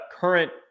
current